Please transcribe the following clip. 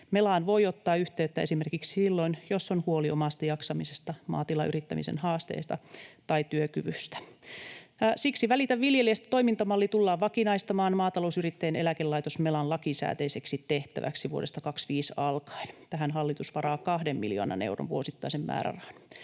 Melaan voi ottaa yhteyttä esimerkiksi silloin, jos on huoli omasta jaksamisesta, maatilayrittämisen haasteista tai työkyvystä. Siksi Välitä viljelijästä ‑toimintamalli tullaan vakinaistamaan Maatalousyrittäjien eläkelaitos Melan lakisääteiseksi tehtäväksi vuodesta 25 alkaen. Tähän hallitus varaa kahden miljoonan euron vuosittaisen määrärahan.